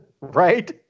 Right